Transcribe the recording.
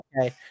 okay